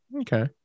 Okay